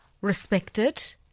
respected